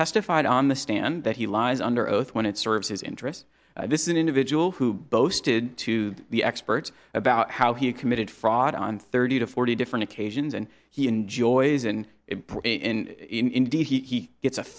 testified on the stand that he lies under oath when it serves his interests this is an individual who boasted to the experts about how he committed fraud on thirty to forty different occasions and he enjoys and indeed he gets a